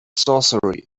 sorcery